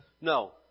No